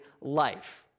life